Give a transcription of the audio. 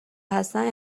هستند